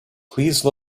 please